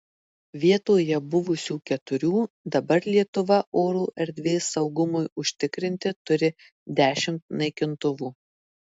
vietoje buvusių keturių dabar lietuva oro erdvės saugumui užtikrinti turi dešimt naikintuvų